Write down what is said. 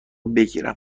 بگیرم